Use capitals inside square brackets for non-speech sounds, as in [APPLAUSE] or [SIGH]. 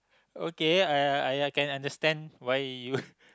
okay I I I I can understand why you [LAUGHS]